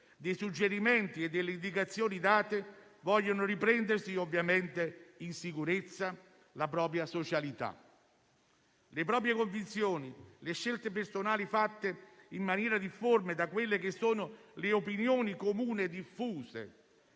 dei suggerimenti e delle indicazioni date, vogliono riprendersi - ovviamente in sicurezza - la propria socialità. Le proprie convinzioni, le scelte personali fatte in maniera difforme dalle opinioni comuni diffuse